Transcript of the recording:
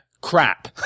crap